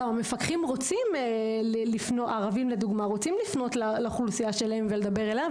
המפקחים הערבים גם רוצים לפנות לאוכלוסייה שלהם ולדבר אליה,